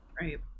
Right